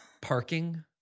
Parking